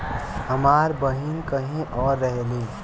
हमार बहिन कहीं और रहेली